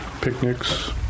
picnics